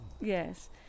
Yes